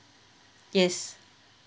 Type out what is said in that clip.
yes